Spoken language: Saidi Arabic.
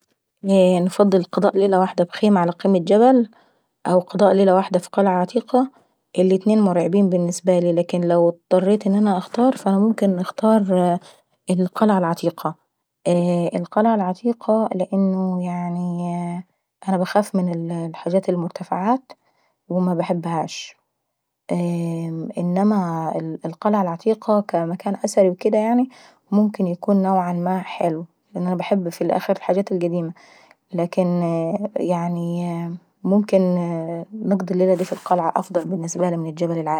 انفضل قضاء ليلة واحدة على خيمة في جبل ولا ليلة واحدة في قلعة عتيقة؟ الاتنين مرعبين بالنسبة لي ، لكن لو اضطريت ان انا نهتار فممكن نختار الاا القلعة العتيقة. القلعة العتيقة لانو يعني انا باخاف من المرتفعات ومنحبهاش. انما القلعة العتيقة كمكان اثر يعناي ممكن تكون نوعا ما ممتعة لاني انا باحب ف الاخر الحاجات داي لكن يعني ممكن نقضي الليلة داي ف القلعة افضل بالنسبة لي من الجبل العالاي.